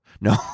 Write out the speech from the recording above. No